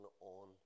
on